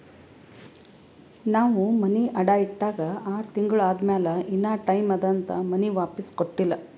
ನಾವ್ ಮನಿ ಅಡಾ ಇಟ್ಟಾಗ ಆರ್ ತಿಂಗುಳ ಆದಮ್ಯಾಲ ಇನಾ ಟೈಮ್ ಅದಂತ್ ಮನಿ ವಾಪಿಸ್ ಕೊಟ್ಟಿಲ್ಲ